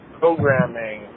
programming